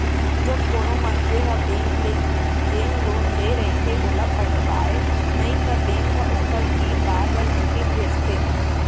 जब कोनो मनसे ह बेंक ले जेन लोन ले रहिथे ओला पटावय नइ त बेंक ह ओखर तीर बार बार नोटिस भेजथे